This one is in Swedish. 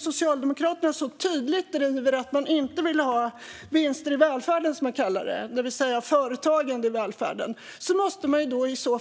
Socialdemokraterna driver tydligt att man inte vill ha vinster i välfärden, som man kallar det, det vill säga företagen i välfärden. I så fall måste